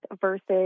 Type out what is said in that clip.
versus